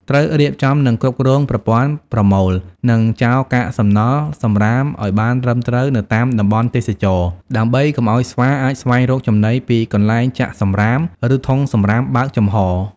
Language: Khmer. ត្រូវរៀបចំ និងគ្រប់គ្រងប្រព័ន្ធប្រមូល និងចោលកាកសំណល់ សំរាមឱ្យបានត្រឹមត្រូវនៅតាមតំបន់ទេសចរណ៍ ដើម្បីកុំឱ្យស្វាអាចស្វែងរកចំណីពីកន្លែងចាក់សំរាម ឬធុងសំរាមបើកចំហ។